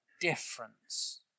difference